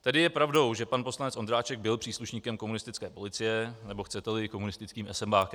Tedy je pravdou, že pan poslanec Ondráček byl příslušníkem komunistické policie, nebo chceteli komunistickým esenbákem.